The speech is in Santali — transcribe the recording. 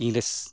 ᱤᱝᱨᱮᱹᱡᱽ